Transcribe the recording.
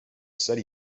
said